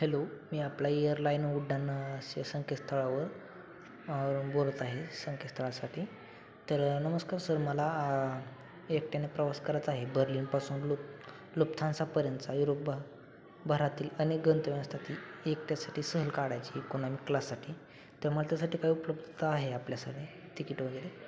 hello मी आपला airline उड्डाना संकेतस्थळावर बोलत आहे संकेतस्थळासाठी तर नमस्कार सर मला एकट्याने प्रवास कराचा आहे बर्लिनपासून लुप लुप्थान्सापर्यंतचा युरोप भा भरातील अनेक गंतव्यांसाठी एकट्यासाठी सहल काढायची इकोनॉमी क्लाससाठी तर मला त्यासाठी काय उपलब्धता आहे आपल्याकडे तिकीट वगैरे